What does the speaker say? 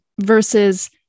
versus